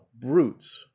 brutes